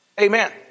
Amen